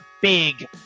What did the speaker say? big